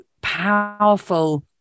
powerful